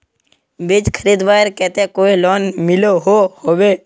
बीज खरीदवार केते कोई लोन मिलोहो होबे?